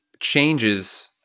changes